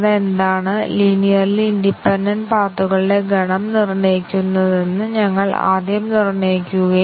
അതിനാൽ ഏറ്റവും കുറഞ്ഞ സെറ്റ് തിരഞ്ഞെടുക്കണമെങ്കിൽ ഇവയിൽ ഏതെങ്കിലും ഒന്ന് തിരഞ്ഞെടുക്കാം